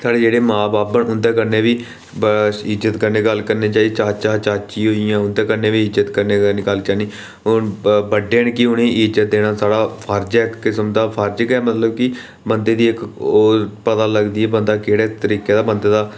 साढ़े जेह्ड़े मां बब्ब न उं'दे कन्नै बी ब इज्जत कन्नै गल्ल करनी चाहिदी चाचा चाची एह् होई गेइयां उं'दे कन्नै बी इज्जत कन्नै गल्ल करनी हून बड्डे न कि उ'नें ई इज्जत देना साढ़ा फर्ज ऐ इक किस्म दा फर्ज गै मतलब कि बंदे दी इक ओह् पता लगदी ऐ बंदा केह्ड़े तरीके दा बंदे दा